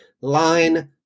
line